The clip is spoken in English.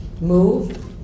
move